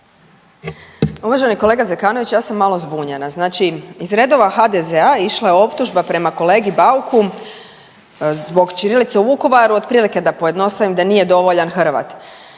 Uvaženi kolega Zekanović, ja sam malo zbunjena, znači iz redova HDZ-a išla je optužba prema kolegi Bauku zbog ćirilice u Vukovaru, otprilike da pojednostavim da nije dovoljan Hrvat.